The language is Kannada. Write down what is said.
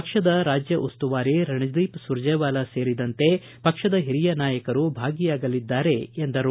ಪಕ್ಷದ ರಾಜ್ಯ ಉಸ್ತುವಾರಿ ರಣದೀಪ್ ಸುರ್ಜೇವಾಲಾ ಸೇರಿದಂತೆ ಪಕ್ಷದ ಹಿರಿಯ ನಾಯಕರು ಭಾಗಿಯಾಗಲಿದ್ದಾರೆ ಎಂದು ಹೇಳಿದರು